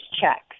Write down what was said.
checks